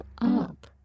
up